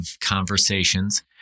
conversations